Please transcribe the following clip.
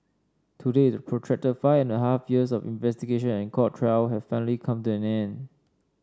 today the protracted five and a half years of investigation and court trial have finally come to an end